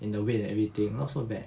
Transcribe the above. in the weight and everything not so bad